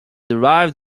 derived